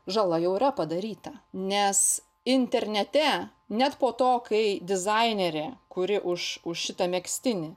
žala jau yra padaryta nes internete net po to kai dizainerė kuri už už šitą megztinį